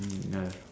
ya